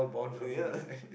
ya